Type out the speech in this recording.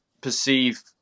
perceive